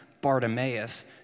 Bartimaeus